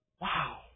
Wow